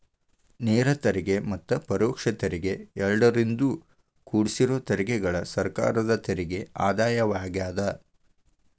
ನೇರ ತೆರಿಗೆ ಮತ್ತ ಪರೋಕ್ಷ ತೆರಿಗೆ ಎರಡರಿಂದೂ ಕುಡ್ಸಿರೋ ತೆರಿಗೆಗಳ ಸರ್ಕಾರದ ತೆರಿಗೆ ಆದಾಯವಾಗ್ಯಾದ